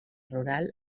rural